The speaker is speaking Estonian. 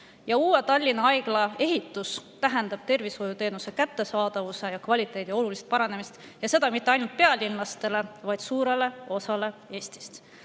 ehitamine Tallinnasse tähendab tervishoiuteenuse kättesaadavuse ja kvaliteedi olulist paranemist, ja seda mitte ainult pealinlastele, vaid suurele osale Eestist.